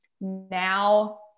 now